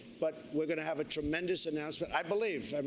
but we're going to have a tremendous announcement, i believe. i mean,